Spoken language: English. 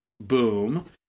Boom